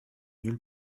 nulle